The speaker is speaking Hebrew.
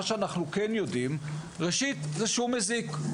מה שאנחנו כן יודעים ראשית שהוא מזיק,